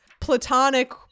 platonic